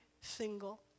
single